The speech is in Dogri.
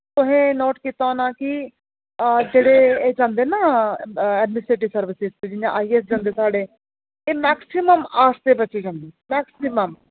तुसें नोट कीता होना कि जेह्ड़े एह् जंदे ना ऐडमिनिस्ट्रेटिव सर्विसिस च जि'यां आईएऐस जंदे साढ़े एह् मैक्सिमम आर्ट्स दे बच्चे जंदे मैक्सिमम